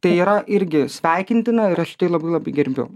tai yra irgi sveikintina ir aš tai labai labai gerbiu